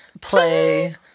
play